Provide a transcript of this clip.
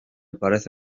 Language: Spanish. parece